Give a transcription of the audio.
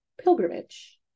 pilgrimage